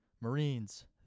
Marines